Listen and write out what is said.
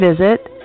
visit